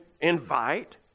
invite